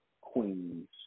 queens